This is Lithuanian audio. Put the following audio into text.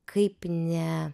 kaip ne